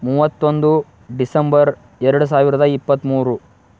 ಮೂವತ್ತೊಂದು ಡಿಸೆಂಬರ್ ಎರಡು ಸಾವಿರದ ಇಪ್ಪತ್ತಮೂರು